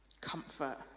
Comfort